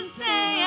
say